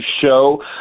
show